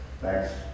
Thanks